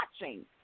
watching